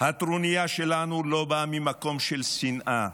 הטרוניה שלנו לא באה ממקום של שנאה.